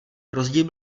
rozdíl